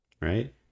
Right